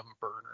Burner